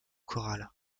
corral